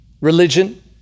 religion